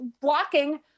blocking